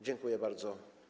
Dziękuję bardzo.